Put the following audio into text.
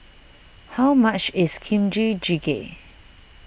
how much is Kimchi Jjigae